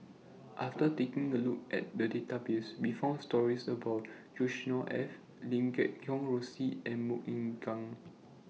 after taking A Look At The Database We found stories about Yusnor Ef Lim Guat Kheng Rosie and Mok Ying Jang